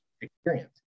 experience